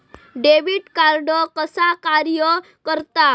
Debit card कसा कार्य करता?